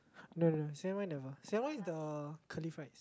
no no no C_N_Y never C_N_Y is the curly fry